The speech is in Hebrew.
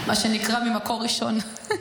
מה שנקרא ממקור ראשון.